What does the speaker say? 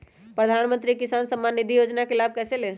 प्रधानमंत्री किसान समान निधि योजना का लाभ कैसे ले?